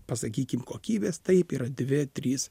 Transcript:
pasakykim kokybės taip yra dvi trys